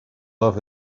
love